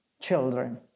children